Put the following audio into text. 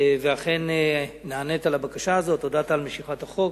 ואומנם נענית לבקשה הזאת והודעת על משיכת החוק.